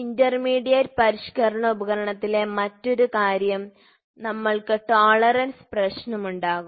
intermediate പരിഷ്ക്കരണ ഉപകരണത്തിലെ മറ്റൊരു കാര്യം ഞങ്ങൾക്ക് ടോളറൻസ് പ്രശ്നം ഉണ്ടാകും